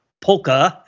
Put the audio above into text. polka